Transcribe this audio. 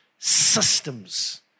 Systems